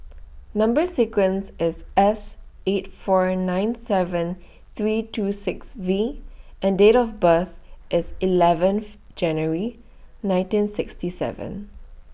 Number sequence IS S eight four nine seven three two six V and Date of birth IS eleventh January nineteen sixty seven